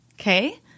okay